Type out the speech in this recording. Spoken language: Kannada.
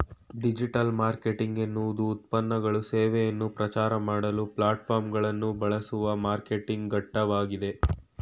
ಡಿಜಿಟಲ್ಮಾರ್ಕೆಟಿಂಗ್ ಎನ್ನುವುದುಉತ್ಪನ್ನಗಳು ಸೇವೆಯನ್ನು ಪ್ರಚಾರಮಾಡಲು ಪ್ಲಾಟ್ಫಾರ್ಮ್ಗಳನ್ನುಬಳಸುವಮಾರ್ಕೆಟಿಂಗ್ಘಟಕವಾಗಿದೆ